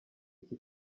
iki